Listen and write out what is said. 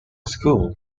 school